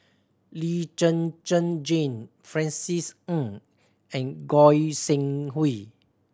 Lee Zhen Zhen Jane Francis Ng and Goi Seng Hui